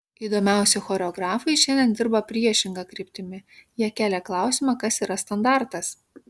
įdomiausi choreografai šiandien dirba priešinga kryptimi jie kelia klausimą kas yra standartas